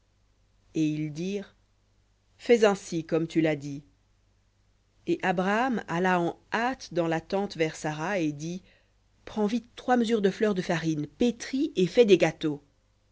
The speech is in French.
et ils dirent fais ainsi comme tu l'as dit et abraham alla en hâte dans la tente vers sara et dit prends vite trois mesures de fleur de farine pétris et fais des gâteaux